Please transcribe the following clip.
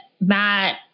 Matt